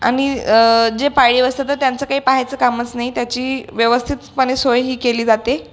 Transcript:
आणि जे पाळीव असतं तर त्यांचं काही पहायचं कामच नाही त्याची व्यवस्थितपणे सोय ही केली जाते